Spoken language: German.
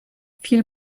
viel